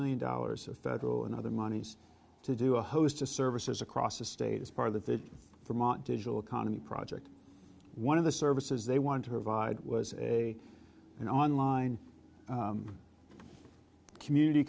million dollars of federal and other monies to do a host of services across the state as part of the for mont digital economy project one of the services they wanted to provide was a an online community